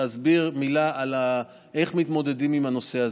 ולהסביר במילה איך מתמודדים עם הנושא הזה.